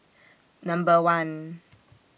Number one